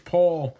Paul